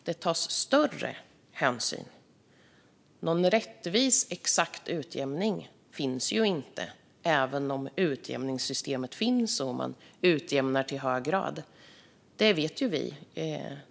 Det tas större hänsyn, men någon rättvis eller exakt utjämning finns ju inte, även om utjämningssystemet finns och man utjämnar i hög grad. Det vet vi ju.